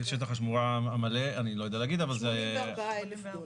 אני לא יודע להגיד מה שטח השמורה המלא -- 84,000 דונם.